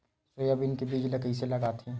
Soybean के बीज ल कइसे लगाथे?